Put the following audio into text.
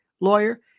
lawyer